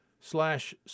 slash